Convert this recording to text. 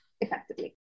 effectively